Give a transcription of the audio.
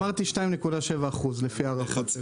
אמרתי 2.7%, לפי ההערכה.